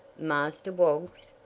master woggs?